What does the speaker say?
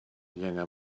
younger